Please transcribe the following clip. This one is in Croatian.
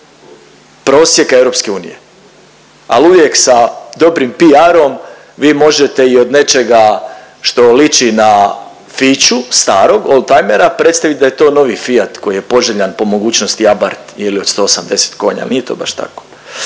prosjeka EU, ali uvijek sa dobrim PR-om vi možete i od nečega što liči na Fiću starog oldtimera predstavit da je to novi Fiat koji je poželjan, po mogućnosti abarth ili od 180 konja. Ali nije to baš tako.